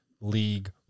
league